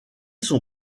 son